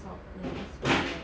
soccer S_P right